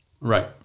Right